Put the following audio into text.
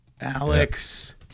Alex